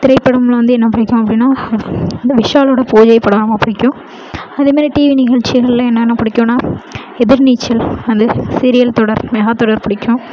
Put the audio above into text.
திரைப்படமில் வந்து என்ன பிடிக்கும் அப்படின்னா விஷாலோட பூஜை படம் ரொம்ப பிடிக்கும் அதே மாதிரி டிவி நிகழ்ச்சிகளில் என்னென்ன பிடிக்கும்னா எதிர்நீச்சல் வந்து சீரியல் தொடர் மெகா தொடர் பிடிக்கும்